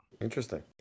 Interesting